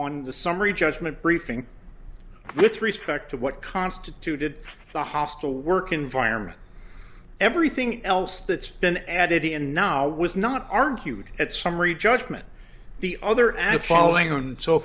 on the summary judgment briefing with respect to what constituted a hostile work environment everything else that's been added in and now was not argued at summary judgment the other at following and so